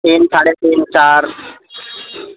تین سڑے تین چار